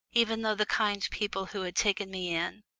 even though the kind people who had taken me in,